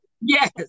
Yes